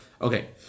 Okay